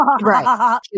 Right